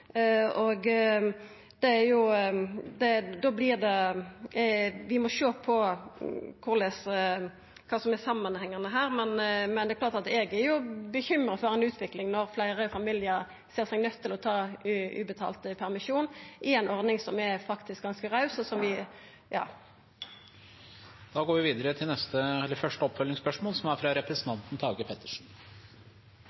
Vi må sjå på kva som er samanhengane her, men eg er bekymra for ei utvikling med at fleire familiar ser seg nøydde til å ta ubetalt permisjon i ei ordning som faktisk er ganske raus. Det åpnes for oppfølgingsspørsmål – først Tage Pettersen. Vi har kommet langt med likestillingen i Norge, og vi har flere år blitt kåret til